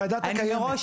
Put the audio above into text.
כי הדאטה קיימת.